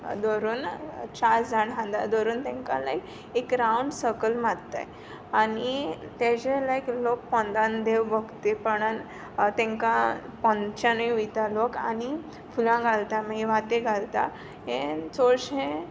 दोरून चार जाण खांद्यार दोरून तांकां लायक एक रावंड सर्कल मात्ताय आनी ते जे लोक लायक पोंदान देव भोक्तीपोणान तेंकां पोंदच्यानूय वोयता लोक आनी फुलां घालता मागी वात्यो घालता हें चोडशें